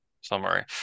Summary